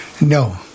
No